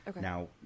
now